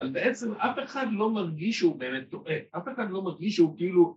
‫אבל בעצם אף אחד לא מרגיש ‫שהוא באמת טועה. ‫אף אחד לא מרגיש שהוא כאילו...